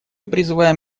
призываем